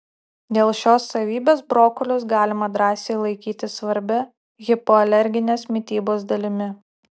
dėl šios savybės brokolius galima drąsiai laikyti svarbia hipoalerginės mitybos dalimi